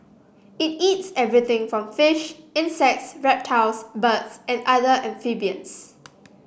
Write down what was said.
it eats everything from fish insects reptiles birds and other amphibians